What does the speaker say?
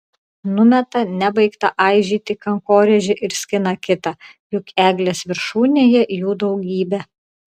numeta nebaigtą aižyti kankorėžį ir skina kitą juk eglės viršūnėje jų daugybė